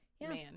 man